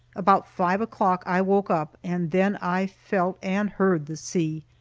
about five o'clock i woke up, and then i felt and heard the sea.